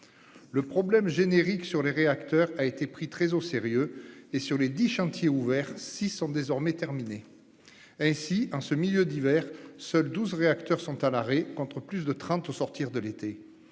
Le problème générique sur les réacteurs a été pris très au sérieux et, sur les dix chantiers ouverts, six sont désormais terminés. Ainsi, en ce milieu d'hiver, seuls douze réacteurs sont à l'arrêt, contre plus de trente au sortir de l'été.